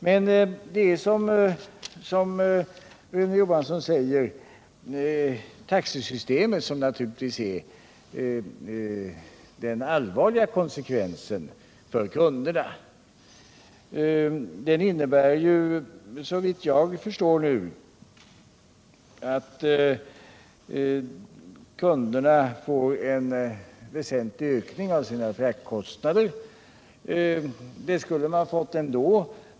Det är, som Rune Johansson i Åmål säger, naturligtvis när det gäller taxesystemet som den allvarliga konsekvensen för kunderna uppstår. Ändringen innebär såvitt jag förstår nu att kunderna får en väsentlig ökning av sina fraktkostnader. Det skulle man ha fått ändå.